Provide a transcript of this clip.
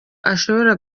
ashobora